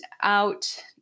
out